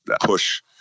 push